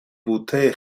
بوته